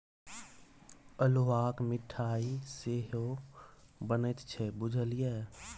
अल्हुआक मिठाई सेहो बनैत छै बुझल ये?